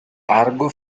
argo